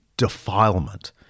defilement